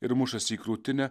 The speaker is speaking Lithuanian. ir mušasi į krūtinę